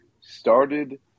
started